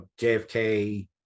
JFK